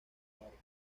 muertos